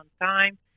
time